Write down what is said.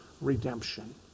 redemption